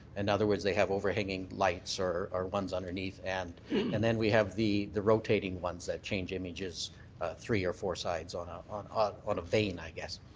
in other words, they have overhanging lights or or ones underneath and and then we have the the rotating ones that change images three or four sides on ah on ah a vein, i guess.